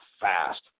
fast